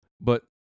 But-